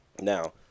Now